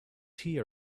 tea